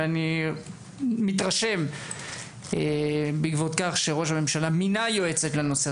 ואני מתרשם בעקבות כך שראש הממשלה מינה יועצת לנושא.